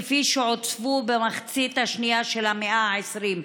כפי שעוצבו במחצית השנייה של המאה ה-20".